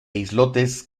islotes